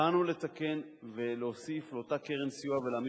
באנו לתקן ולהוסיף לאותה קרן סיוע ולהעמיד